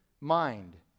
mind